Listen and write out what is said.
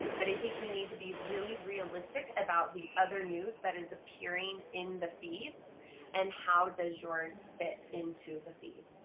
but i think we need to be really realistic about the other news that is appearing in the feeds and how does yours fit into the feed.